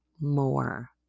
more